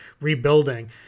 rebuilding